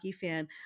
fan